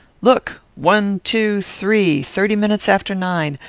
look! one, two, three thirty minutes after nine.